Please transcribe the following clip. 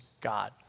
God